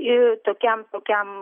ir tokiam tokiam